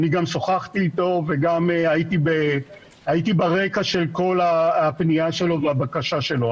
גם שוחחתי איתו וגם הייתי ברקע של כל הפנייה שלו והבקשה שלו.